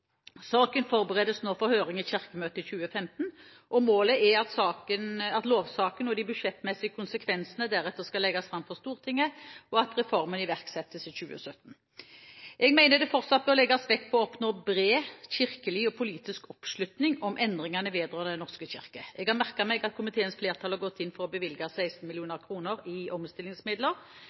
Saken forberedes nå for høring i Kirkemøtet i 2015. Målet er at lovsaken og de budsjettmessige konsekvensene deretter skal legges fram for Stortinget, og at reformen iverksettes i 2017. Jeg mener det fortsatt bør legges vekt på å oppnå bred kirkelig og politisk oppslutning om endringene vedrørende Den norske kirke. Jeg har merket meg at komiteens flertall har gått inn for å bevilge 16 mill. kr i omstillingsmidler